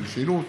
של שילוט.